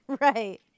Right